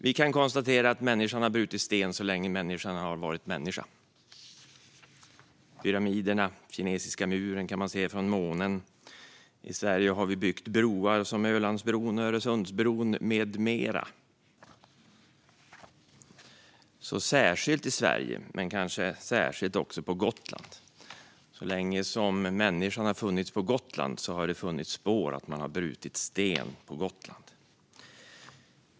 Vi kan konstatera att människan har brutit sten så länge människan har varit människa - tänk på pyramiderna och kinesiska muren, som kan ses från månen. I Sverige har vi byggt broar, som Ölandsbron och Öresundsbron med mera. Detta gäller särskilt i Sverige, och kanske särskilt också på Gotland. Så länge människan har funnits på Gotland har det funnits spår efter att man brutit sten där.